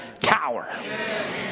tower